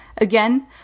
Again